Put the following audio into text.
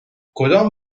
کدام